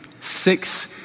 six